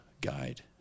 guide